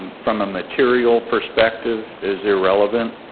from a material perspective, is irrelevant,